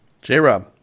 J-Rob